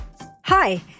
Hi